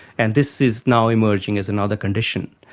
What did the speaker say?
and this is now emerging as another condition.